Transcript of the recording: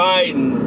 Biden